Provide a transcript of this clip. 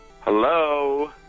Hello